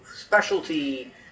specialty